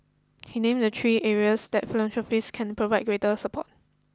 he named the three areas that Philanthropists can provide greater support